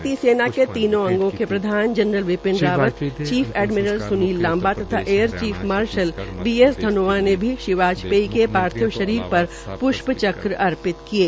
भारतीय सेना के तीनों अंगो के प्रधान general Bipin Rawat chief admiral Sunil Lanba तथा air chief marshal B S Dhanoa ने भी श्री बाजपेयी के पार्थिव शरीर प्ष्प च्रक अर्पित किये